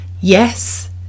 Yes